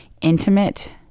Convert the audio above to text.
intimate